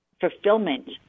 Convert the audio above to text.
fulfillment